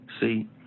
See